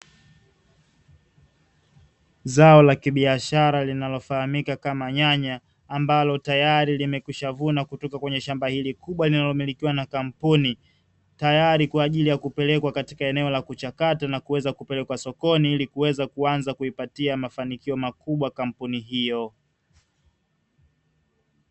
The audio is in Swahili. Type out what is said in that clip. Zao la kibiashara linalofahamika kama nyanya, ambalo limeshakwisha kuvunwa kutoka katika shamba hili kubwa, linalomilikiwa na kampuni tayari kupelekwa katika eneo la kuchakata na kuweza kupelekwa sokoni ili kuweza kuipatia mafanikio makubwa kampuni hiyo.